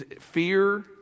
fear